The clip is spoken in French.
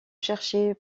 chercher